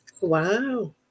Wow